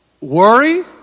Worry